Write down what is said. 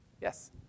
Yes